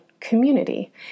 community